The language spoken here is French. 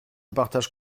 partage